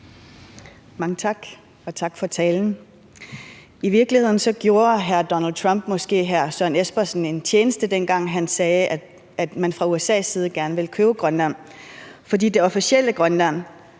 Mange tak. Og tak for talen. I virkeligheden gjorde Donald Trump måske hr. Søren Espersen en tjeneste, dengang han sagde, at man fra USA's side gerne ville købe Grønland, for det officielle Grønland